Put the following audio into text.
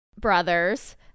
brothers